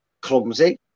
clumsy